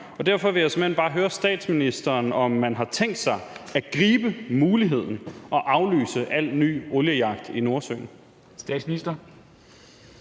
Derfor vil jeg såmænd bare høre statsministeren, om man har tænkt sig at gribe muligheden og aflyse al ny oliejagt i Nordsøen. Kl.